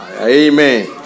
Amen